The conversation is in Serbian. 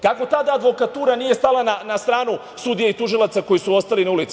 Kako tada advokatura nije stala na stranu sudija i tužilaca koji su ostali na ulici?